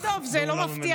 טוב, אבל זה לא מפתיע.